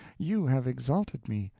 you have exalted me,